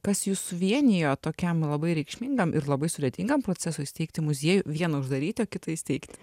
kas jus suvienijo tokiam labai reikšmingam ir labai sudėtingam procesui steigti muziejų vieną uždaryt o kitą įsteigt